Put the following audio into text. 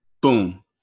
Boom